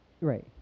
right